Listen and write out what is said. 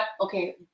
Okay